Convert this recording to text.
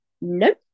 no